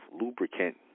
lubricant